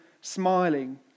smiling